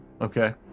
Okay